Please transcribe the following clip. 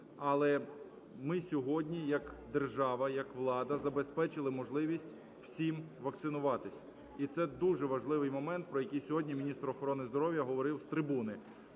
але ми сьогодні як держава, як влада забезпечили можливість всім вакцинуватися, і це дуже важливий момент, про який сьогодні міністр охорони здоров'я говорив з трибуни,